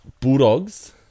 Bulldogs